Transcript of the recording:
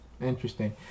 Interesting